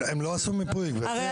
הם לא עשו מיפוי, גבירתי היושבת-ראש.